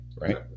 Right